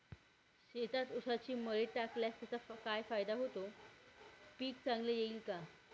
शेतात ऊसाची मळी टाकल्यास त्याचा काय फायदा होतो, पीक चांगले येईल का?